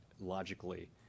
logically